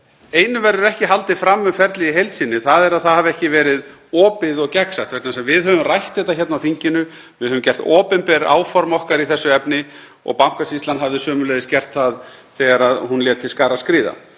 einu verður ekki haldið fram um ferlið í heild sinni, það er að það hafi ekki verið opið og gegnsætt, vegna þess að við höfum rætt þetta hér á þinginu, við höfum gert opinber áform okkar í þessu efni og Bankasýslan hafði sömuleiðis gert það þegar hún lét til skarar skríða.